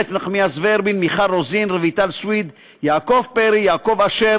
מאיר כהן, בצלאל סמוטריץ, יגאל גואטה,